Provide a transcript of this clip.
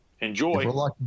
Enjoy